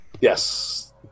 Yes